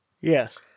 Yes